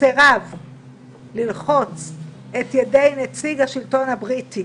סרב ללחוץ את ידי נציג השלטון הבריטי